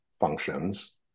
functions